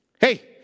Hey